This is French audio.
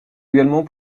également